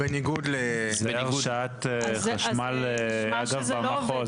בניגוד להרשאת חשמל אגב במחוז,